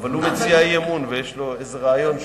אבל הוא הציע אי-אמון ויש לו איזה רעיון שאולי,